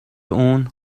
اون